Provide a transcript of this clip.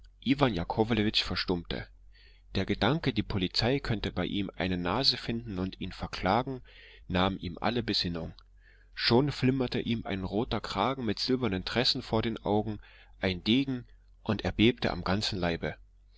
iwan jakowlewitsch verstummte der gedanke die polizei könnte bei ihm eine nase finden und ihn verklagen nahm ihm alle besinnung schon flimmerte ihm ein roter kragen mit silbernen tressen vor den augen ein degen und er bebte am ganzen leibe